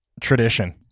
tradition